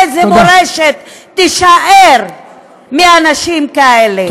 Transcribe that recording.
איזו מורשת תישאר מאנשים כאלה.